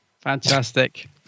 Fantastic